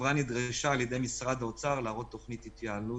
החברה נדרשה על ידי משרד האוצר להראות תכנית התייעלות,